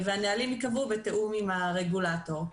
הנהלים ייקבעו בתיאום עם הרגולטור.